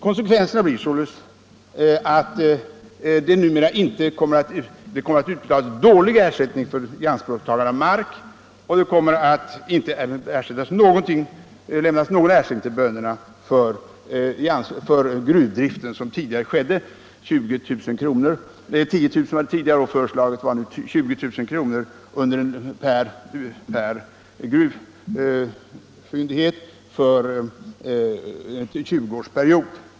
Konsekvenserna blir således att det hädanefter kommer att utbetalas dålig ersättning för ianspråktagande av mark för gruvdrift och dessutom inte kommer att lämnas någon ersättning till bönderna för själva gruvdriften. Tidigare lämnades ersättning med högst 10 000 kr. för år. Det har nu föreslagits en jordägaravgäld om högst 20 000 kr. per år och gruvfyndighet under en 20-årsperiod.